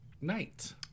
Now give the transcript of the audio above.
night